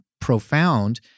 profound